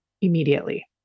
immediately